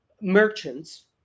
merchants